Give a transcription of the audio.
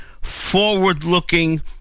forward-looking